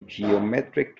geometric